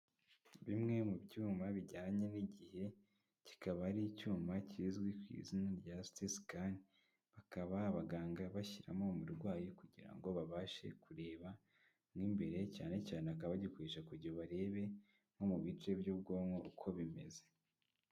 Bimwe mu byuma bijyanye n'igihe kikaba ari icyuma kizwi ku izina rya siti sikani, bakaba abaganga bashyiramo uwo murwayi kugira ngo babashe kureba mo imbere, cyane cyane bakaba bagikoresha kugira barebe nko mu bice by'ubwonko uko bimeze.